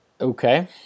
Okay